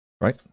Right